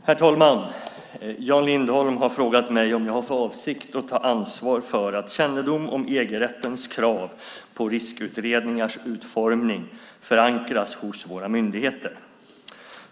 Herr talman! Jan Lindholm har frågat mig om jag har för avsikt att ta ansvar för att kännedom om EG-rättens krav på riskutredningars utformning förankras hos våra myndigheter.